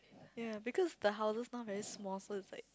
ya because the houses now very small so it's like